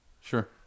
Sure